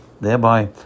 thereby